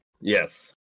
Yes